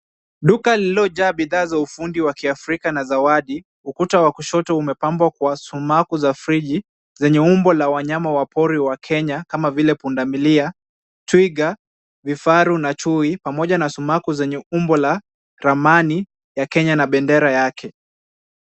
Duka lililojaa bidhaa za ufundi wa kiafrika na zawadi, ukuta wa kushoto umepambwa kwa sumaku za friji, zenye umbo la wanyama wa pori wa Kenya kama vile punda milia, twiga, vifaru na chui pamoja na sumaku zenye umbo la ramani ya Kenya na bendera yake.